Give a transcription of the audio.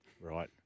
right